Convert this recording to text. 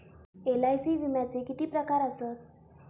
LIC विम्याचे किती प्रकार आसत?